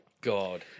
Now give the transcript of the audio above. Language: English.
God